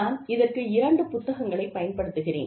நான் இதற்கு இரண்டு புத்தகங்களை பயன்படுத்துகிறேன்